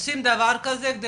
עושים דבר כזה,